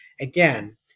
again